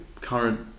current